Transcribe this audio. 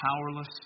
powerless